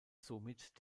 somit